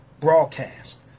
broadcast